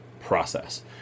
process